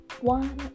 one